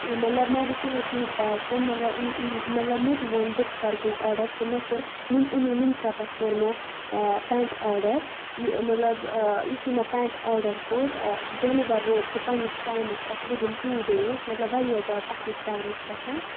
مطلب مےٚ وٕچھ یِہٕے فیٖڈبیک تہٕ مگر مطلب مےٚ تہِ ووٚن بہٕ تہِ کَرٕ کینٛہہ آڈَر تہٕ مےٚ کوٚر مےٚ اوٚن اَمی مِنترٛا پٮ۪ٹھ کوٚر مےٚ پٮ۪نٛٹ آڈَر یہِ مطلب یُتھُے مےٚ پٮ۪نٛٹ آڈَر کوٚر ڈیٚلِوَر ووت سُہ پنٛنِس ٹایمَس پٮ۪ٹھ وِدِن ٹوٗ ڈیز مطلب واریاہ زیادٕ اَصلِس ٹایمَس پٮ۪ٹھ